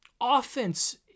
offense